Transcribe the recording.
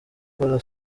gukora